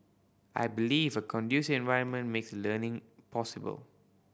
I believe a conducive environment makes learning possible